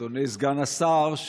אדוני סגן השר,